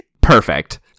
Perfect